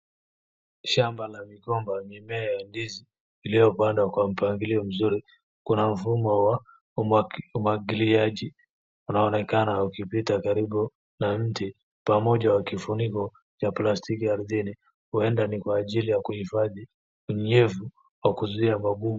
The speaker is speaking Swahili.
Shamba la migomba mimea ya ndizi lililopandwa kwa mpangilio mzuri. Kuna mfumo wa umwagiliaji unaonekana ukipita karibu na mti pamoja na kifuniko cha plastiki ardhini, huenda ni kwa ajili ya kuhifadhi unyevu au kuzuia magugu.